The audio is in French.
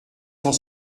cent